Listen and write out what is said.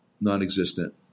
non-existent